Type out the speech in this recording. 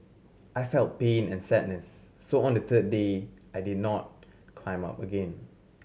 I felt pain and sadness so on the third day I did not not climb up again